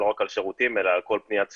רק על שירותים אלא על כל פניית ציבור.